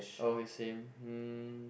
okay same um